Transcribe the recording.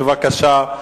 בבקשה.